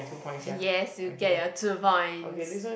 yes you get your two points